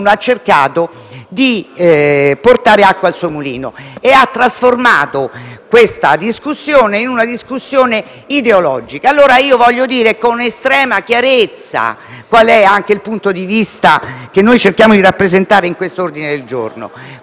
cercato di portare acqua al suo mulino e ha trasformato questa discussione in una discussione ideologica. Voglio dire con estrema chiarezza qual è il punto di vista che noi cerchiamo di rappresentare in questo ordine del giorno.